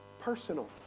personal